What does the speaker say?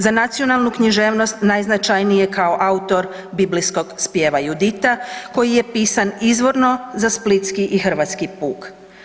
Za nacionalnu književnost najznačajniji je kao autor biblijskog spjeva „Judita“ koji je pisan izvorno za splitski i hrvatski puk.